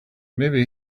maybe